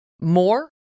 more